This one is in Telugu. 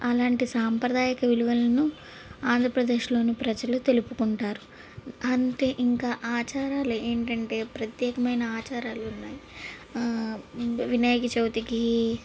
అలాంటి సాంప్రదాయక విలువలను ఆంధ్రప్రదేశ్లోని ప్రజలు తెలుపుకుంటారు అంతే ఇంక ఆచారాలు ఏంటంటే ప్రత్యేకమైన ఆచారాలు ఉన్నాయి వినాయక చవితికి